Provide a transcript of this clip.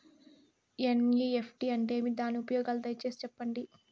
NEFT అంటే ఏమి? దాని ఉపయోగాలు దయసేసి సెప్పండి?